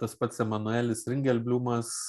tas pats emanuelis ringelbliumas